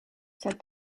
said